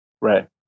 Right